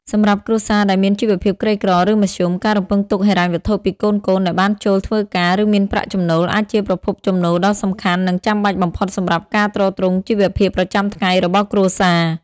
សម្រាប់គ្រួសារដែលមានជីវភាពក្រីក្រ ឬមធ្យម ការរំពឹងទុកហិរញ្ញវត្ថុពីកូនៗដែលបានចូលធ្វើការ ឬមានប្រាក់ចំណូល អាចជាប្រភពចំណូលដ៏សំខាន់ និងចាំបាច់បំផុតសម្រាប់ការទ្រទ្រង់ជីវភាពប្រចាំថ្ងៃរបស់គ្រួសារ។